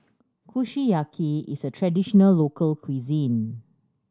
kushiyaki is a traditional local cuisine